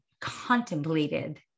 contemplated